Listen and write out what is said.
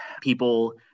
people